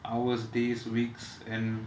hours days weeks and